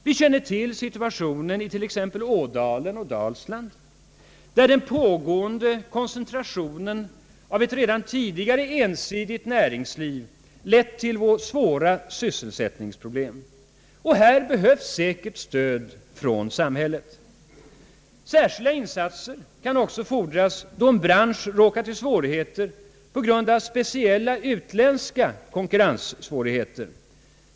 Vi känner till situationen i t.ex. Ådalen och Dalsland, där den pågående koncentrationen av ett redan tidigare ensidigt näringsliv lett till svåra sysselsättningsproblem. Här behövs säkert stöd från samhället. Särskilda insatser kan också fordras då en bransch råkat i svårigheter på grund av speciella utländska konkurrensförhållanden.